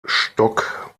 stock